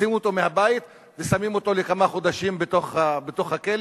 מוציאים אותו מהבית ושמים אותו לכמה חודשים בתוך הכלא,